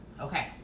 okay